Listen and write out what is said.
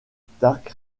stark